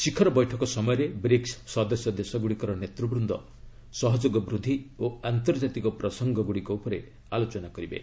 ଶିଖର ବୈଠକ ସମୟରେ ବ୍ରିକ୍ ସଦସ୍ୟ ଦେଶ ଗୁଡ଼ିକର ନେତୃବୃନ୍ଦ ସହଯୋଗ ବୃଦ୍ଧି ଓ ଆନ୍ତର୍ଜାତିକ ପ୍ରସଙ୍ଗଗୁଡ଼ିକ ଉପରେ ଆଲୋଚନା କରିବେ